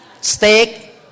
steak